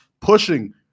pushing